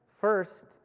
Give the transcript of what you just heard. First